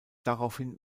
daraufhin